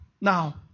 now